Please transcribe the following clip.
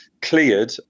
cleared